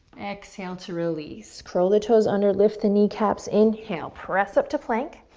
exhale to release. curl the toes under, lift the kneecaps, inhale, press up to plank.